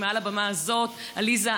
מעל הבמה הזאת: עליזה,